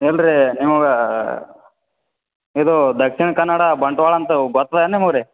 ಇಲ್ಲ ರೀ ನಿಮ್ಗೆ ಇದು ದಕ್ಷಿಣ ಕನ್ನಡ ಬಂಟ್ವಾಳ ಅಂತ ಗೊತ್ತದೇನು ನಿಮಿಗೆ ರೀ